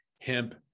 hemp